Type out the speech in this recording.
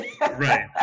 Right